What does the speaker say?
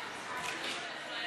ניסן, אתה רוצה שאני אחליף